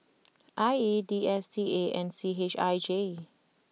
I E D S T A and C H I J